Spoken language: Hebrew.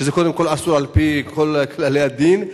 שזה קודם כול אסור על-פי כל כללי הדין,